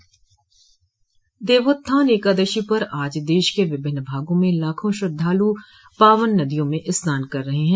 देवोत्थान एकादशी पर आज प्रदेश के विभिन्न भागों में लाखों श्रद्धालु पावन नदियों में स्नान कर रहे हैं